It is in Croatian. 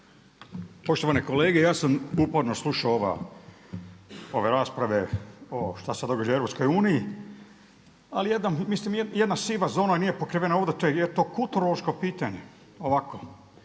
Poštovane kolege ja sam uporno slušao ove rasprave što se događa u EU ali mislim jedna siva zona nije pokrivena ovdje, je li to kulturološko pitanje.